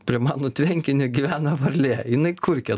prie mano tvenkinio gyvena varlė jinai kurkia